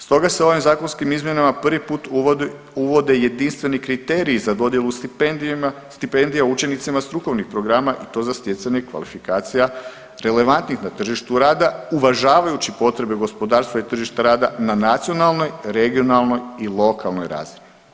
Stoga se ovim zakonskim izmjenama prvi put uvode jedinstveni kriteriji za dodjelu stipendija učenicima strukovnih programa i to za stjecanje kvalifikacija relevantnih na tržištu rada uvažavajući potrebe gospodarstva i tržišta rada na nacionalnoj, regionalnoj i lokalnoj razini.